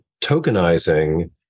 tokenizing